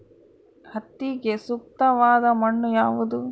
ಹತ್ತಿಗೆ ಸೂಕ್ತವಾದ ಮಣ್ಣು ಯಾವುದು?